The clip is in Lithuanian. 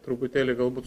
truputėlį galbūt